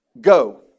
Go